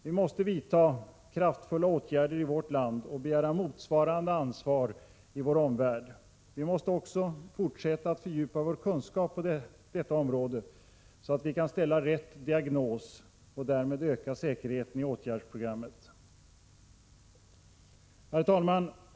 Vi måste vidta kraftfulla åtgärder i vårt land och begära motsvarande ansvar i vår omvärld. Vi måste också fortsätta att fördjupa vår kunskap på detta område, så att vi kan ställa rätt diagnos och därmed öka säkerheten i åtgärdsprogrammet. Herr talman!